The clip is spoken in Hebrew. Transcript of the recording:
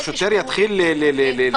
השוטר ידע אם